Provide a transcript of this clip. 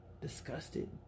disgusted